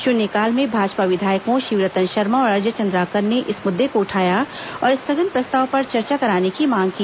शून्यकाल में भाजपा विधायकों शिवरतन शर्मा और अजय चंद्राकर ने इस मुद्दे को उठाया और स्थगन प्रस्ताव पर चर्चा कराने की मांग की